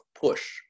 push